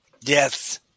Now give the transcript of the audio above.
Yes